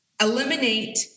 eliminate